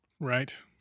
Right